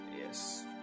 yes